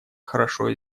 хорошо